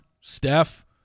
steph